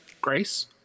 grace